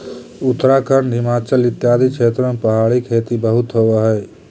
उत्तराखंड, हिमाचल इत्यादि क्षेत्रों में पहाड़ी खेती बहुत होवअ हई